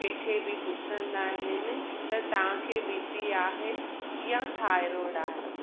कंहिंखे बि पुछंदा आहिनि त तव्हांखे बी पी आहे या थाइराइड आहे